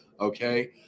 Okay